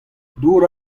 dour